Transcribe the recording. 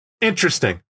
interesting